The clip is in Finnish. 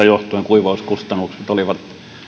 johtuen kuivauskustannukset olivat